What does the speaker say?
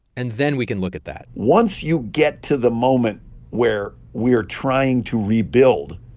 and then we can look at that once you get to the moment where we are trying to rebuild